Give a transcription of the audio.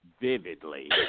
vividly